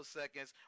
seconds